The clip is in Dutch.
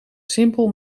simpel